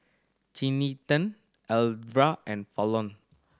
Cinthia Alverda and Falon